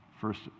first